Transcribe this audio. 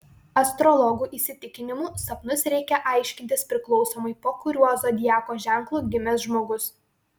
astrologų įsitikinimu sapnus reikia aiškintis priklausomai po kuriuo zodiako ženklu gimęs žmogus